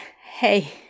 hey